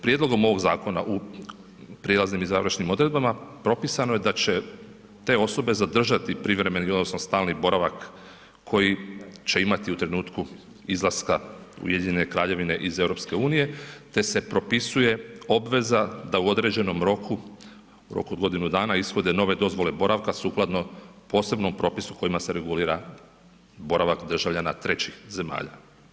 Prijedlogom ovog zakona u prijelaznim i završnim odredbama propisano da će te osobe zadržati privremeni odnosno stalni boravak koji će imati u trenutku izlaska Ujedinjene Kraljevine iz EU te se propisuje obveza da u određenom roku, roku od godinu dana ishode nove dozvole boravka sukladno posebnom propisu kojima se regulira boravak državljana trećih zemalja.